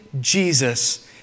Jesus